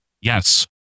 Yes